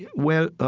yeah well, ah